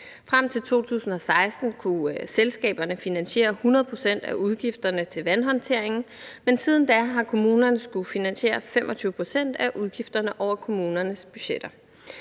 Frem til 2016 kunne selskaberne finansiere 100 pct. af udgifterne til vandhåndteringen, men siden da har kommunerne skullet finansiere 25 pct. af udgifterne over kommunernes budgetter.